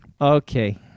Okay